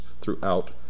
throughout